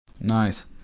nice